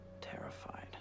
terrified